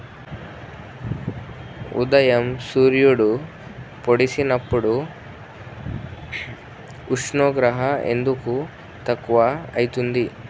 ఉదయం సూర్యుడు పొడిసినప్పుడు ఉష్ణోగ్రత ఎందుకు తక్కువ ఐతుంది?